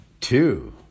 two